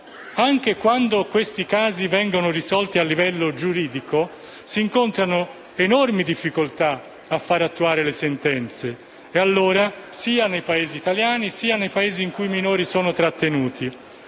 Anche quando questi casi vengono risolti al livello giuridico, si incontrano enormi difficoltà a far attuare le sentenze sia nei Paesi italiani sia nei Paesi in cui i minori sono trattenuti.